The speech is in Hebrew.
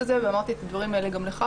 הזה ואמרתי את הדברים האלה גם לך,